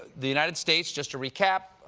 the united states, just to recap,